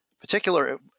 particular